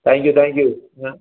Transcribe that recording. thank you thank you ഏ